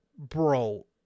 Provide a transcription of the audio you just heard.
Bro